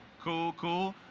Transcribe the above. cool cool.